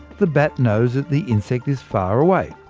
the bat knows the insect is far away.